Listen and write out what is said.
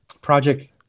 project